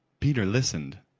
peter listened.